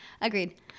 Agreed